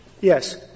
Yes